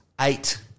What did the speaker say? eight